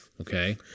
Okay